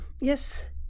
yes